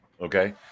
Okay